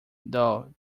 though